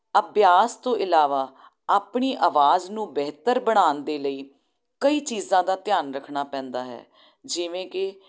ਅਭਿਆਸ ਤੋਂ ਇਲਾਵਾ ਆਪਣੀ ਆਵਾਜ਼ ਨੂੰ ਬਿਹਤਰ ਬਣਾਉਣ ਦੇ ਲਈ ਕਈ ਚੀਜ਼ਾਂ ਦਾ ਧਿਆਨ ਰੱਖਣਾ ਪੈਂਦਾ ਹੈ ਜਿਵੇਂ ਕਿ